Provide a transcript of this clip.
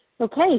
Okay